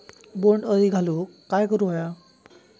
बोंड अळी घालवूक काय करू व्हया?